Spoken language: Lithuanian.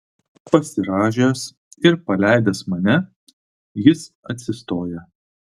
pasirąžęs ir paleidęs mane jis atsistoja